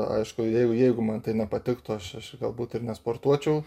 aišku jeigu jeigu man tai nepatiktų aš aš galbūt ir nesportuočiau